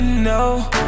No